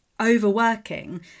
overworking